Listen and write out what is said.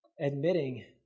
admitting